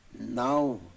now